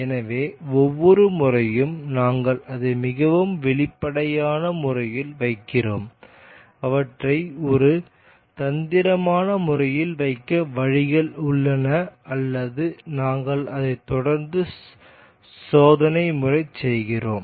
எனவே ஒவ்வொரு முறையும் நாங்கள் அதை மிகவும் வெளிப்படையான முறையில் வைக்கிறோம் அவற்றை ஒரு தந்திரமான முறையில் வைக்க வழிகள் உள்ளன அல்லது நாங்கள் அதை தொடர்ந்து சோதனை முறை செய்கிறோம்